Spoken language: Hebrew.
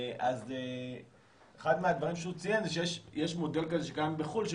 אחד מהדברים שהחוקר הזה ציין זה שיש מודל כזה שקיים בחו"ל של